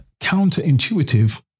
counterintuitive